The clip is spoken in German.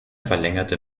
verlängerte